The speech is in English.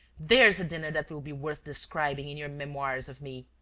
there's a dinner that will be worth describing in your memoirs of me!